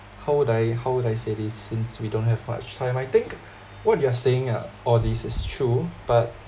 how would I how would I say this since we don't have much time I think what you are saying uh all these is true but